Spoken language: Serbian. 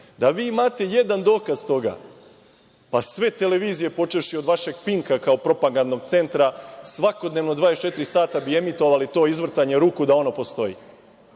Da vi imate i jedan dokaz toga, pa sve televizije, počevši od vašeg Pink-a kao propagandnog centra svakodnevno 24 sata bi emitovali to izvrtanje ruku da ono postoji.